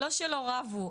זה לא שלא רבו,